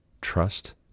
trust